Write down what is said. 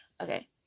Okay